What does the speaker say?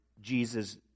Jesus